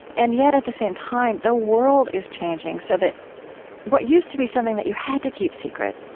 and yet, at the same time, the world is changing so that what used to be something that you had to keep secret,